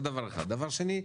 דבר שני,